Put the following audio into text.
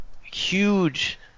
huge